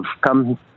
come